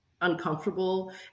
uncomfortable